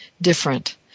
different